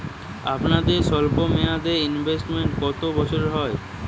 আপনাদের স্বল্পমেয়াদে ইনভেস্টমেন্ট কতো বছরের হয়?